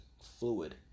fluid